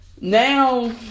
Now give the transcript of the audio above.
now